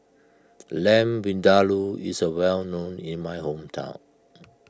Lamb Vindaloo is well known in my hometown